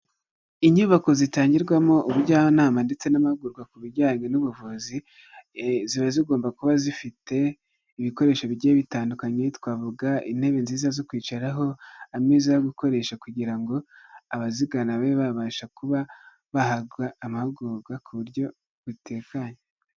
Inyubako zitangirwamo ubujyanama ndetse n'amahugurwa ku bijyanye n'ubuvuzi, ziba zigomba kuba zifite ibikoresho bigiye bitandukanye twavuga; intebe nziza zo kwicaraho, ameza yo gukoresha kugira ngo abazigana babe babasha kuba bahabwa amahugurwa ku buryo butekanye.